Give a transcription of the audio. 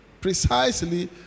Precisely